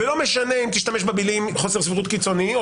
ולא משנה אם תשתמש במילים חוסר סבירות קיצוני או